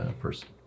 person